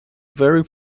very